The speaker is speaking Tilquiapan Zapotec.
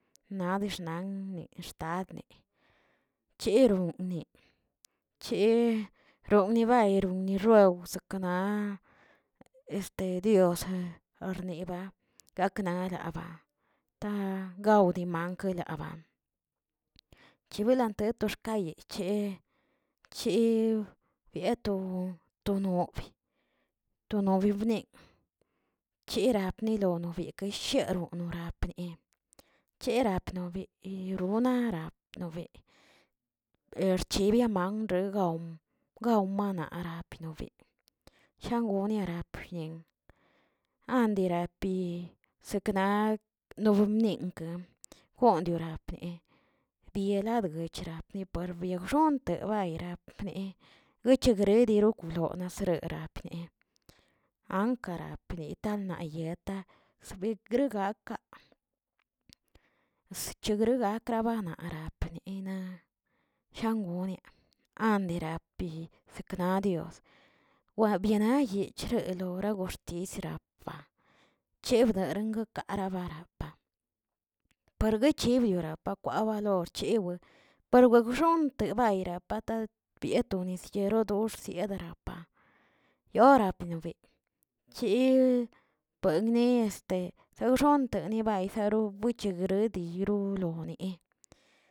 Naꞌ dii xnan di xtadni, cheron ni che ronnibay romibeo sekenaꞌ este diosa arniba gakna lava, ta gaw di man guelaba, chibilato ten toxkan che che biato to nobə to nobebne, chirak nobiakashak yeroꞌo no rapne cherap nobe yeronabnab erchiebiaram gaw manarapi shangon niarapi, andirapi sekna niomni gondorapne, diela gocherap ni to biagxontoneireꞌ gochegreri okulona segnapre, ankara pneta nayeta sebrigak kaꞌ, sochibrgakragana penina shangoniaꞌ ambirapi kna dios wa bneyabyech rolagoxtisrapa chebdarengə arabarapa, perguichiriopə kwabaloche pero wegxonꞌ debairaꞌ pat de pietoni nisyerodox yedarapa, yorapenwe chi puegni este xagxonteni nisarobuich gueredich yaguaro lonee.